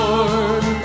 Lord